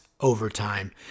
Overtime